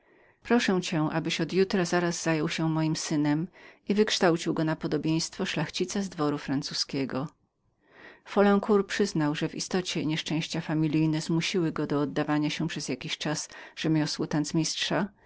proszę cię abyś od jutra zaraz zajął się moim synem i wychował go na zupełnego szlachcica z dworu francuzkiego folencour przyznał że w istocie nieszczęścia familijne zmusiły go do oddawania się przez jakiś czas rzemiosłu